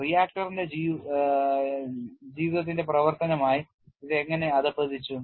റിയാക്ടറിന്റെ ജീവിതത്തിന്റെ പ്രവർത്തനമായി ഇത് എങ്ങനെ അധപതിച്ചു